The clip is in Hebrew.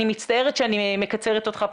אני מצטערת שאני מקצרת אותך,